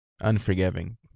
Unforgiving